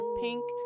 pink